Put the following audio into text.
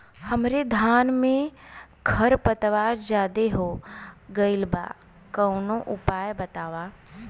हमरे धान में खर पतवार ज्यादे हो गइल बा कवनो उपाय बतावा?